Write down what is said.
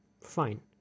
fine